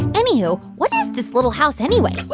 anyhoo, what is this little house, anyway?